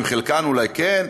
עם חלקן אולי כן,